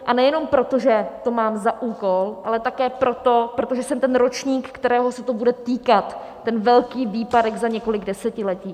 A nejenom proto, že to mám za úkol, ale také proto, že jsem ten ročník, kterého se to bude týkat, ten velký výpadek za několik desetiletí.